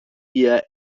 year